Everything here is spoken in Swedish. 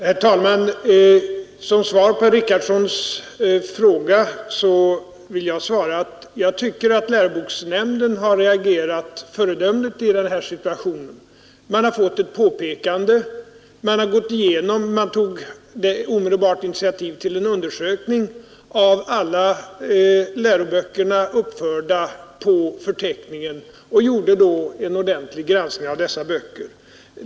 Herr talman! På herr Richardsons fråga vill jag svara att jag tycker att läroboksnämnden har reagerat föredömligt i den här situationen. Man fick ett påpekande, man tog omedelbart initiativ till en undersökning av alla läroböcker uppförda på förteckningen och man gjorde en ordentlig granskning av dessa böcker.